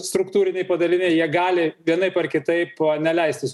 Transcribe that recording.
struktūriniai padaliniai jie gali vienaip ar kitaip neleistis